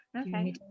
Okay